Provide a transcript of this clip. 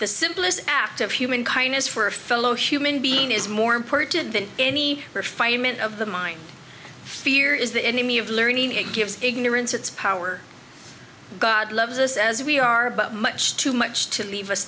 the simplest act of human kindness for a fellow human being is more important than any refinement of the mind fear is the enemy of learning it gives ignorance its power god loves us as we are but much too much to leave us